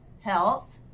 health